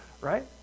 right